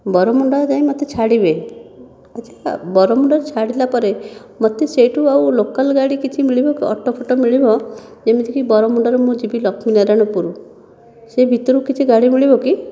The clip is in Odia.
ବରମୁଣ୍ଡା ଯାଏଁ ମୋତେ ଛାଡ଼ିବେ ବୁଝିଲ ବରମୁଣ୍ଡାରେ ଛାଡ଼ିଲା ପରେ ମୋତେ ସେଇଠୁ ଆଉ ଲୋକାଲ ଗାଡ଼ି କିଛି ମିଳିବ କି ଅଟୋ ଫଟୋ ମିଳିବ ଯେମିତିକି ବରମୁଣ୍ଡାରୁ ମୁଁ ଯିବି ଲକ୍ଷ୍ମୀନାରାୟଣପୁର ସେ ଭିତରକୁ କିଛି ଗାଡ଼ି ମିଳିବ କି